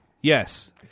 yes